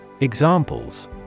Examples